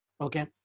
okay